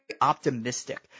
optimistic